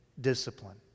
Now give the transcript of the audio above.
discipline